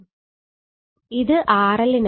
ഇത് RL നാണ്